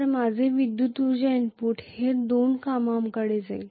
तर माझे विद्युत ऊर्जा इनपुट हे दोन कामांकडे जाईल